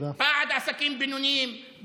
בעד עסקים בינוניים,